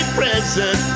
present